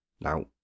Now